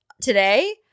today